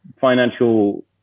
financial